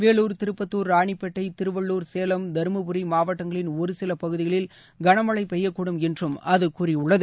வேலூர் திருப்பத்துர் ராணிப்பேட்டை திருவள்ளூர் சேலம் தருமபுரி மாவட்டங்களின் ஒரு சில பகுதிகளில் கன மழை பெய்யக்கூடும் என்றும் அது கூறியுள்ளது